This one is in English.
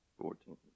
Fourteen